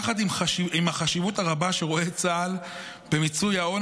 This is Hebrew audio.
יחד עם החשיבות הרבה שרואה צה"ל במיצוי ההון